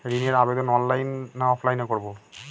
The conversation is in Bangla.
ঋণের আবেদন অনলাইন না অফলাইনে করব?